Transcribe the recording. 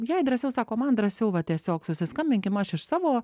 jai drąsiau sako man drąsiau va tiesiog susiskambinkim aš iš savo